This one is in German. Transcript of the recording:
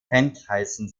fankreisen